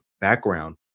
background